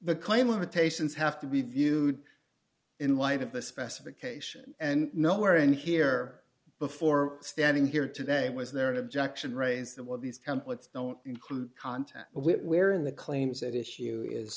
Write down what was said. the claim limitations have to be viewed in light of the specification and nowhere in here before standing here today was there an objection raised that while these templates don't include content where in the claims that issue is